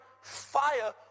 fire